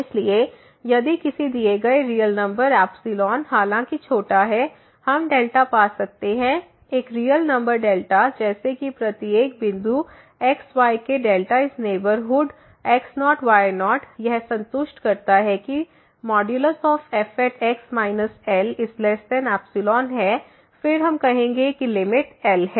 इसलिए यदि किसी दिए गए रियल नंबर एप्सिलॉन हालांकि छोटा है हम पा सकते हैं एक रियल नंबर जैसे कि प्रत्येक बिंदु x y के इस बिंदु नेबरहुड x0 y0 यह संतुष्ट करता है कि fx Lϵ फिर हम कहेंगे कि L लिमिट है